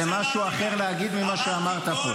זה משהו אחר להגיד ממה שאמרת פה.